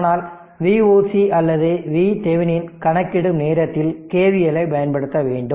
ஆனால் Voc அல்லது VThevenin கணக்கிடும் நேரத்தில் KVLஐ பயன்படுத்த வேண்டும்